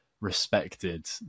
respected